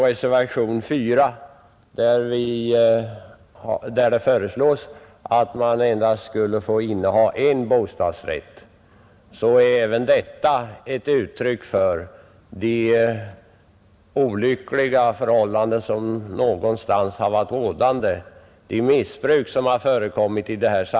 Reservationen 4, vari föreslås att man endast skall få inneha en bostadsrätt, är också ett uttryck för att olyckliga förhållanden har rått någonstans och att missbruk har förekommit.